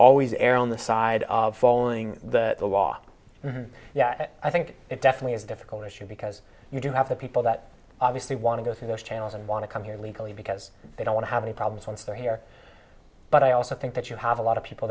always err on the side of following the law and i think it definitely is a difficult issue because you do have the people that obviously want to go through those channels and want to come here legally because they don't want to have any problems once they're here but i also think that you have a lot of people